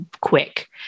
quick